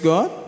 God